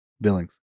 Billings